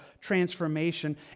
transformation